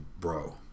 Bro